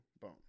boom